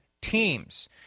teams